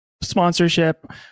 sponsorship